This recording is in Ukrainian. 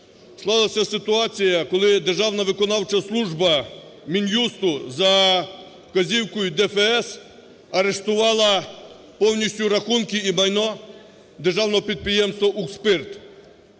склалася ситуація, коли Державна виконавча служба Мін'юсту за вказівкою ДФС арештувала повністю рахунки і майно державного підприємства "Укрспирт"